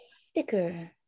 sticker